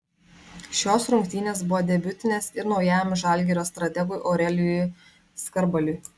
šios rungtynės buvo debiutinės ir naujajam žalgirio strategui aurelijui skarbaliui